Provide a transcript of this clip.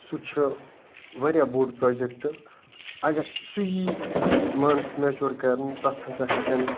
سُہ چھُ واریاہ بوٚڈ پرٛوجَیکٹہٕ اگر سُہ یی مان ژٕ میچُور کَرنہٕ تتھ ہَسا ہیٚکن